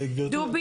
טוב,